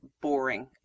boring